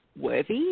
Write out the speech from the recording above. worthy